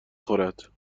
خورد